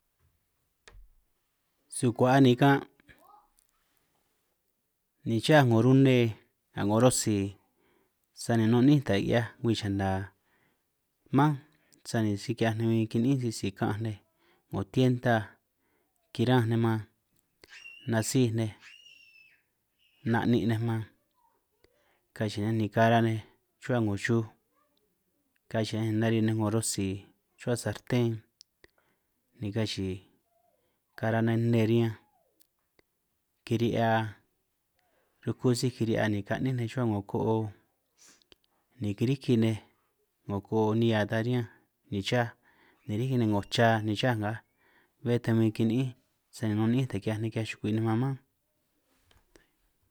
Sukua'an nigan' ni chaj 'ngo rune nga 'ngo rotsi sani nun ni'ín taj 'hiaj ngwii chana mánj, sani si ki'hiaj ninj kini'ín sisi ka'anj nej 'ngo tienda kiranj nej man nasij nej na'nin' nej man kachi'i nej ni kara' nej rruhua 'ngo chuj kachi'i nej ni narin nej 'ngo rotsi ruhua sarten ni kachi'i ni kara nej nne riñanj kiri'hia ruku síj kiri'hia ni ka'nin nej rruhua ko'o ni kiriki nej 'ngo ko'o nihia ta riñánj ni chaj ni riki nej 'ngo cha ni chaj nngaj, bé ta bin kini'ínj sani nun ni'ínj taj ki'hiaj chukui nej man mánj.